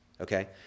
okay